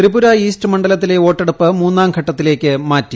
Tripura east മണ്ഡലത്തിലെ വോട്ടെടുപ്പ് മൂന്നാം ഘട്ടത്തിലേക്ക് മാറ്റി